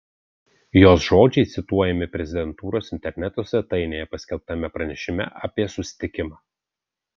jos žodžiai cituojami prezidentūros interneto svetainėje paskelbtame pranešime apie susitikimą